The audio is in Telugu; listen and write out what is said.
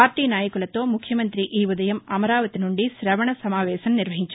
పార్టీ నాయకులతో ముఖ్యమంత్రి ఈ ఉదయం అమరావతి నుండి కవణ సమావేశం నిర్వహించారు